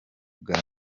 bwa